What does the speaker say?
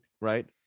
Right